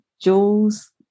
Jules